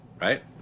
right